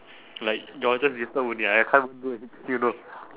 like y'all just disturb only I can't even do anything you know